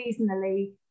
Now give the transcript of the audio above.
seasonally